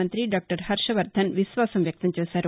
మంఁతి దాక్టర్ హర్షవర్దన్ విశ్వాసం వ్యక్తం చేశారు